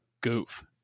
goof